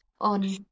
on